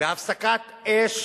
והפסקת אש